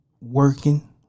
working